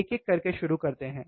एक एक करके शुरू करते हैं